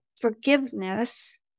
forgiveness